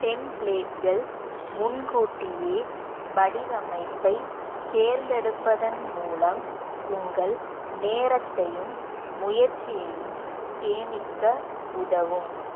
டெம்ப்ளேட்கள் முன்கூட்டியே வடிவமைப்பைத் தேர்ந்தெடுப்பதன் மூலம் உங்கள் நேரத்தையும் முயற்சியையும் சேமிக்க உதவும்